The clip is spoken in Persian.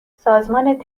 سازمان